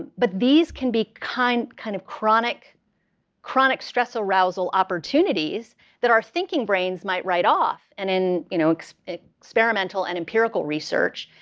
but these can be kind kind of chronic chronic stress arousal opportunities that our thinking brains might write off, and in you know experimental and empirical research,